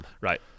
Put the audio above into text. Right